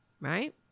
right